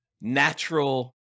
natural